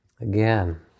Again